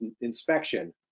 inspection